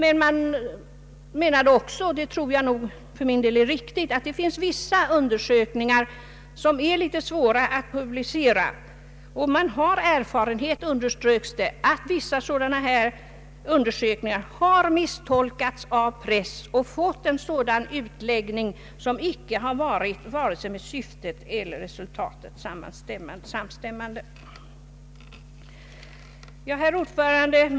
Men man menade också, vilket jag tror är riktigt, att det finns vissa undersökningar som är litet svåra att publicera. Man underströk att man har erfarenhet av att en del sådana undersökningar misstolkats av pressen och fått en uttolkning som icke varit vare sig med syftet eller resultatet förenlig. Herr talman!